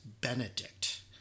Benedict